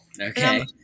Okay